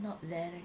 not bad